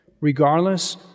regardless